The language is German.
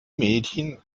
mädchen